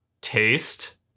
taste